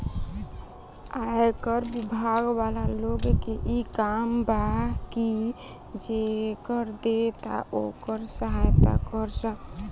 आयकर बिभाग वाला लोग के इ काम बा की जे कर देता ओकर सहायता करऽ